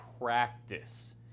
practice